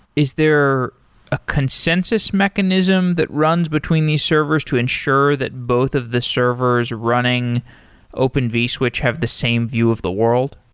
is there a consensus mechanism that runs between these servers to ensure that both of the servers running open vswitch have the same view of the world?